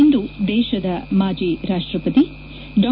ಇಂದು ದೇಶದ ಮಾಜಿ ರಾಷ್ಟಪತಿ ಡಾ